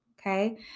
okay